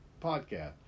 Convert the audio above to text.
podcast